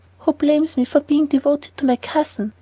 who blames me for being devoted to my cousin?